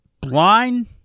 Blind